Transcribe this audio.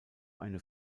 eine